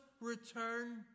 return